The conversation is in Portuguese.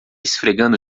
esfregando